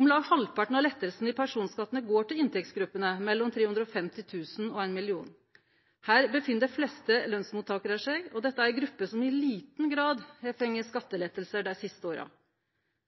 Om lag halvparten av lettane i personskattane går til inntektsgruppene mellom 350 000 kr og 1 mill. kr. Her er dei fleste lønsmottakarane, og dette er ei gruppe som i liten grad har fått skattelettar dei siste åra.